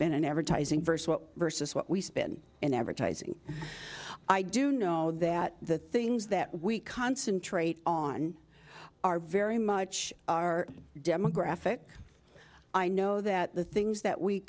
spent an advertising versus what versus what we spend in advertising i do know that the things that we concentrate on are very much our demographic i know that the things that we